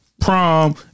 Prom